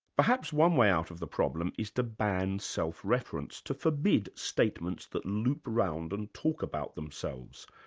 perhaps one way out of the problem is to ban self-reference, to forbid statements that loop round and talk about themselves.